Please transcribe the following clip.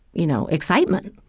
you know, excitement.